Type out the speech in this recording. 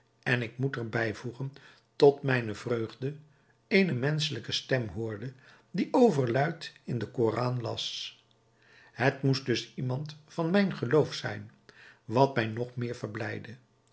en ik moet er bijvoegen tot mijne vreugde eene menschelijke stem hoorde die overluid in den koran las het moest dus iemand van mijn geloof zijn wat mij nog meer verblijdde